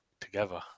together